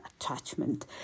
attachment